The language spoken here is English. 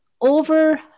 over